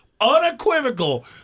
unequivocal